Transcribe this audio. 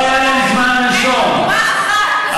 אבל היו יותר אנשי עשייה.